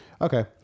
okay